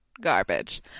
garbage